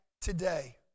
today